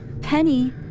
Penny